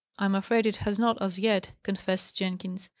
i am afraid it has not, as yet, confessed jenkins.